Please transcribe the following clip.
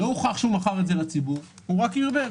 לא הוכח שהוא מכר את זה לציבור, הוא רק ערבב.